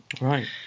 Right